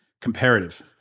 comparative